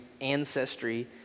ancestry